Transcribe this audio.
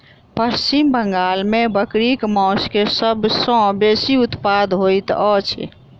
पश्चिम बंगाल में बकरीक मौस के सब सॅ बेसी उत्पादन होइत अछि